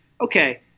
Okay